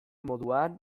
moduan